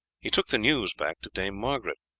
he took the news back to dame margaret.